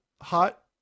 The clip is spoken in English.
hot